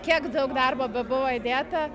kiek daug darbo buvo įdėta